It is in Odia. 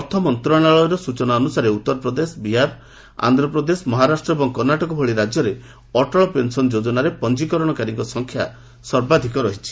ଅର୍ଥ ମନ୍ତ୍ରଣାଳୟର ସ୍ନଚନା ଅନୁସାରେ ଉତ୍ତରପ୍ରଦେଶ ବିହାର ଆନ୍ଧ୍ରପ୍ରଦେଶ ମହାରାଷ୍ଟ୍ର ଏବଂ କର୍ଷ୍ଣାଟକ ଭଳି ରାଜ୍ୟରେ ଅଟଳ ପେନ୍ସନ ଯୋଜନାରେ ପଞ୍ଜିକରଣ ସଂଖ୍ୟା ସର୍ବାଧକ ରହିଛି